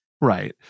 Right